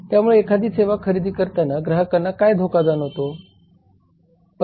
त्यामुळे एखादी सेवा खरेदी करताना ग्राहकांना काय धोका जाणवतो